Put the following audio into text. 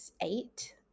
eight